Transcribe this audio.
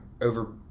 over